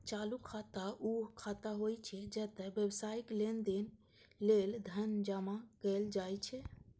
चालू खाता ऊ खाता होइ छै, जतय व्यावसायिक लेनदेन लेल धन जमा कैल जाइ छै